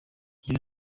njye